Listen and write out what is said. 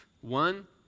One